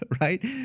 right